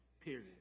Period